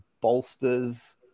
bolsters